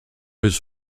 his